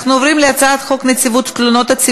בעד, 19 חברי הכנסת,